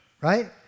right